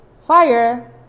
fire